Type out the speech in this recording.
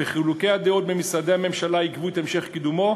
וחילוקי דעות בין משרדי הממשלה עיכבו את המשך קידומו.